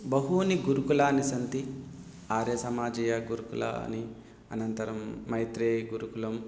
बहूनि गुरुकुलानि सन्ति आर्यसमाजीयगुरुकुलानि अनन्तरं मैत्रेयिगुरुकुलम्